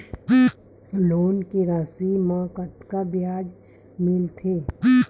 Loan के राशि मा कतका ब्याज मिलथे?